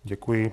Děkuji.